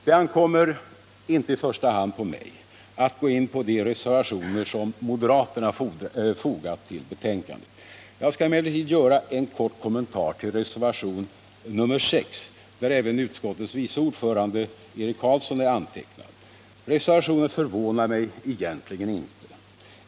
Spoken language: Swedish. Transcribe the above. Det ankommer inte första hand på mig att gå in på de reservationer som moderaterna fogat till betänkandet. Jag skall emellertid göra en kort kommentar till reservation nr 6, som även undertecknats av utskottets vice ordförande Eric Carlsson. Reservationen förvånar mig egentligen inte.